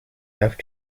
have